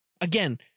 again